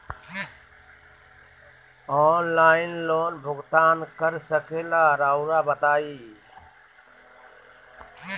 Online loan भुगतान कर सकेला राउआ बताई?